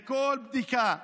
בכל בדיקה,